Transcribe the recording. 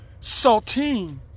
saltine